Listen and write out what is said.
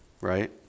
Right